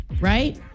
right